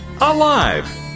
Alive